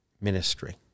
ministry